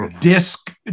disc